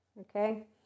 Okay